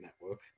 network